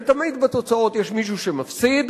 ותמיד לפי התוצאות יש מישהו שמפסיד,